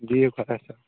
بِیٚہو خۄدایس